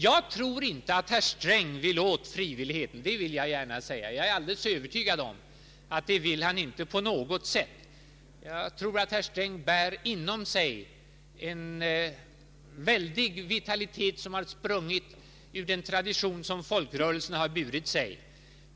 Jag vill gärna säga att jag inte tror att herr Sträng på något sätt vill komma åt frivilligheten. Herr Sträng bär inom sig en väldig vitalitet, som har sprungit ur den tradition som folkrörelserna har burit.